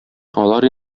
алар